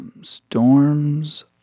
storms